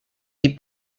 die